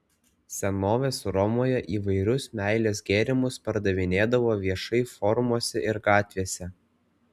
senovės romoje įvairius meilės gėrimus pardavinėdavo viešai forumuose ir gatvėse